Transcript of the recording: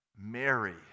Mary